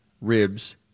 ribs